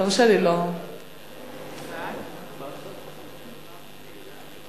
תרשה לי לא, ההצעה לכלול את הנושא בסדר-היום